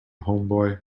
homeboy